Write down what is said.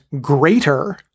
greater